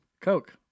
Coke